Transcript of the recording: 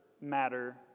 matter